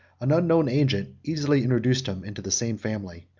an unknown agent easily introduced him into the same family.